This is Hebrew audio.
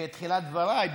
בתחילת דבריי,